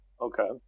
okay